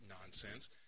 nonsense